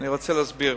אני רוצה להסביר.